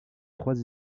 trois